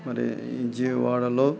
మరి విజయవాడలో